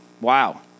Wow